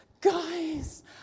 guys